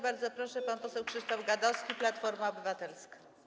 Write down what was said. Bardzo proszę, pan poseł Krzysztof Gadowski, Platforma Obywatelska.